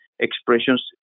expressions